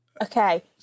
Okay